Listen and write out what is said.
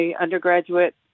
undergraduate